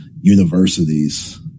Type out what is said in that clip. universities